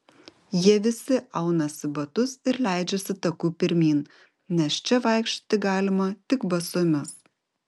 jie visi aunasi batus ir leidžiasi taku pirmyn nes čia vaikščioti galima tik basomis